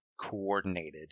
coordinated